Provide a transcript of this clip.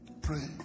pray